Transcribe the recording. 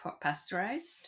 pasteurized